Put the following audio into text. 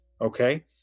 Okay